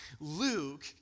Luke